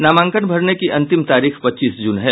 नामांकन भरने की अंतिम तारीख पच्चीस जून है